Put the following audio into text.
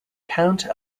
count